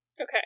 Okay